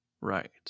Right